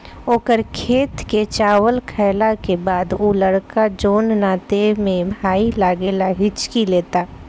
ओकर खेत के चावल खैला के बाद उ लड़का जोन नाते में भाई लागेला हिच्की लेता